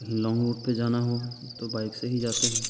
कहीं long route पे जाना हो तो बाइक से ही जाते हैं